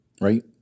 right